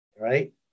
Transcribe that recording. right